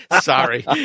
Sorry